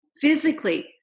physically